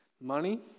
money